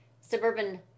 suburban